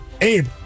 Abe